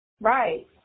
right